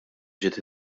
ġiet